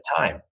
time